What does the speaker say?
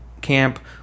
camp